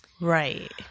Right